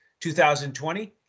2020